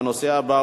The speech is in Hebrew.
הצעת החוק